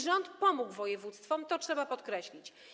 Rząd pomógł województwom, to trzeba podkreślić.